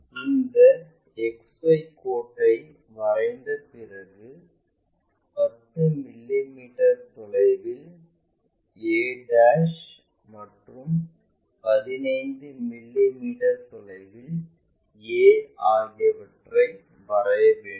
இந்த XY கோட்டை வரைந்த பிறகு 10 மிமீ தொலைவில் a மற்றும் 15 மிமீ தொலைவில் a ஆகியவற்றை வரைய வேண்டும்